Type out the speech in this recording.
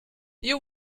you